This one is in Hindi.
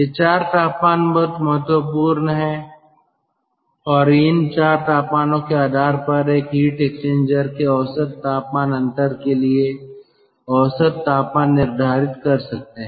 ये 4 तापमान बहुत महत्वपूर्ण हैं और इन 4 तापमानों के आधार पर एक हीट एक्सचेंजर के औसत तापमान अंतर के लिए औसत तापमान निर्धारित कर सकते हैं